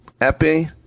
Epi